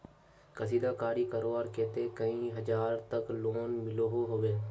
कशीदाकारी करवार केते कई हजार तक लोन मिलोहो होबे?